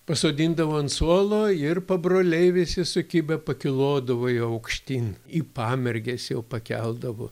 pasodindavo ant suolo ir pabroliai visi sukibę pakilodavo jau aukštyn į pamerges jau pakeldavo